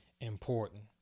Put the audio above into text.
important